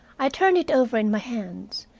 i turned it over in my hands,